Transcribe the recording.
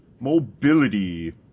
Mobility